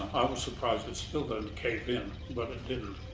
i was surprised it still didn't cave in, but it didn't.